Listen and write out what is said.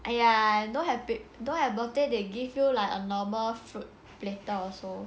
!aiya! don't have birthday they give you like a normal food platter also